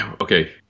okay